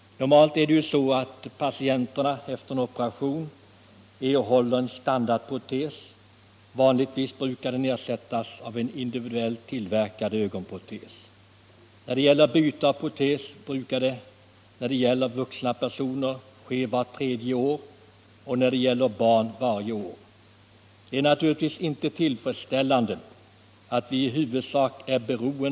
Normalt går det till så, att patienter genast efter en operation får en standardprotes utprovad på ögonkliniken. Vanligen ersätts denna sedermera av individuellt tillverkad ögonprotes. Byte av protes sker vanligtvis vart tredje år.